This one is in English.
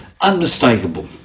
unmistakable